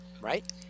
right